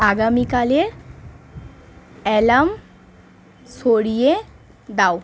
আগামীকালের অ্যালার্ম সরিয়ে দাও